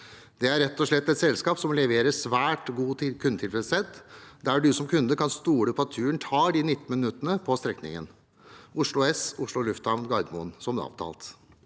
Det er rett og slett et selskap som leverer svært god kundetilfredshet, der man som kunde kan stole på at turen tar de 19 minuttene på strekningen Oslo S–Oslo lufthavn Gardermoen, som avtalt.